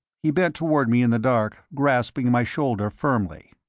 he bent toward me in the dark, grasping my shoulder firmly.